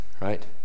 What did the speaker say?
right